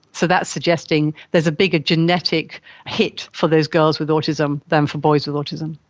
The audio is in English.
so that's suggesting there's a bigger genetic hit for those girls with autism than for boys with autism.